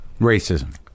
Racism